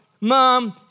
mom